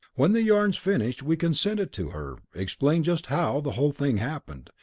when the yarn's finished we can send it to her, explain just how the whole thing happened,